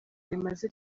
rimaze